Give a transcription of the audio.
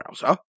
browser